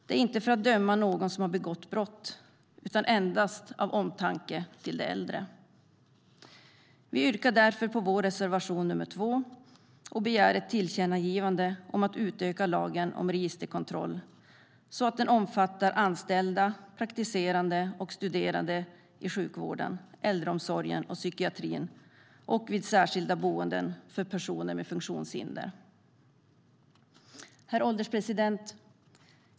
Det är inte för att döma någon som har begått brott utan endast av omtanke om de äldre. Herr ålderspresident!